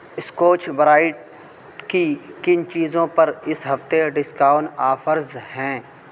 scotch Brite کی کن چیزوں پر اس ہفتے ڈسکاؤنٹ آفرز ہیں